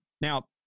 Now